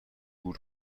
گول